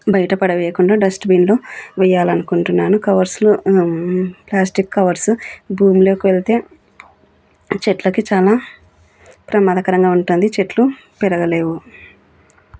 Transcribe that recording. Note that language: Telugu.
బయట పడేయకుండా డస్ట్బిన్లో వెయాలనుకుంటున్నాను కవర్స్లు ప్లాస్టిక్ కవర్స్ భూమిలోకి వెళ్తే చెట్లకి చాలా ప్రమాదకరంగా ఉంటుంది చెట్లు పెరగలేవు